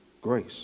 grace